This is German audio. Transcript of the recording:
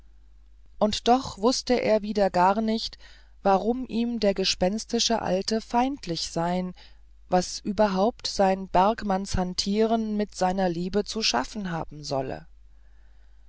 und doch wußte er wieder gar nicht warum ihm der gespenstische alte feindlich sein was überhaupt sein bergmannshantieren mit seiner liebe zu schaffen haben solle